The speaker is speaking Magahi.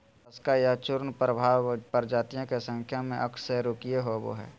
मोलस्का या चूर्णप्रावार प्रजातियों के संख्या में अकशेरूकीय होबो हइ